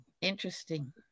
interesting